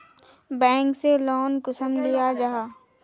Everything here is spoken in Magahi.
बैंक से लोन कुंसम लिया जाहा?